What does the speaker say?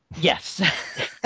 yes